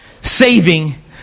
saving